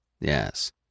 Yes